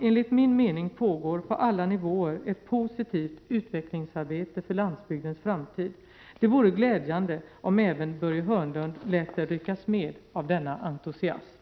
Enligt min mening pågår på alla nivåer ett positivt utvecklingsarbete för landsbygdens framtid. Det vore glädjande om även Börje Hörnlund lät sig ryckas med av denna entusiasm.